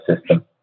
system